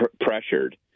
pressured